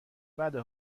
بده